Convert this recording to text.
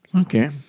Okay